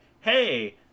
hey